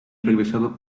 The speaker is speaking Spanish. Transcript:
regresado